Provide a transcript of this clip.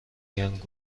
گین